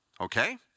Okay